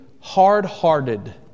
hard-hearted